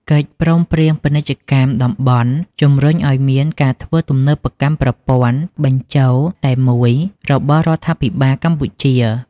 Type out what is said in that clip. កិច្ចព្រមព្រៀងពាណិជ្ជកម្មតំបន់ជំរុញឱ្យមានការធ្វើទំនើបកម្មប្រព័ន្ធបញ្ជរតែមួយរបស់រដ្ឋាភិបាលកម្ពុជា។